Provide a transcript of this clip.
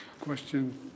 Question